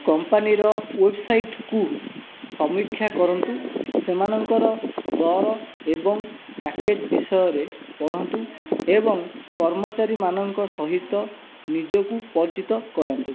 କମ୍ପାନୀର ୱେବସାଇଟ୍କୁ ସମୀକ୍ଷା କରନ୍ତୁ ସେମାନଙ୍କର ଦର ଏବଂ ପ୍ୟାକେଜ୍ ବିଷୟରେ ପଢ଼ନ୍ତୁ ଏବଂ କର୍ମଚାରୀମାନଙ୍କ ସହିତ ନିଜକୁ ପରିଚିତ କରାନ୍ତୁ